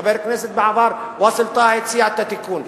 חבר הכנסת בעבר ואסל טאהא הציע את התיקון.